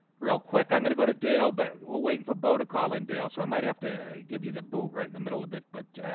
real quick, i'm gonna go to dale, but we're waiting for bo to call in dale so i might have to give you the boot right in the middle a bit, but